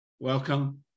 Welcome